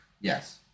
Yes